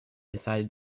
decided